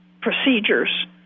procedures